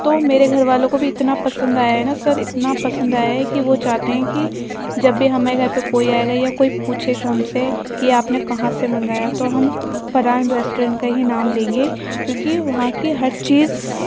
تو میرے گھر والوں کو بھی اتنا پسند آیا ہے نا سر اتنا پسند آیا ہے کہ وہ چاہتے ہیں کہ جب بھی ہمارے گھر پر کوئی آئے گا یا کوئی پوچھے گا ہم سے کہ آپ نے کہاں سے منگایا تو ہم فرحان ریسٹورنٹ کا ہی نام لیں گے کیونکہ وہاں کی ہر چیز